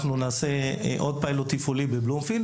אנחנו נעשה עוד פיילוט תפעולי בבלומפילד